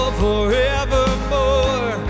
forevermore